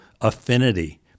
affinity